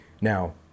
Now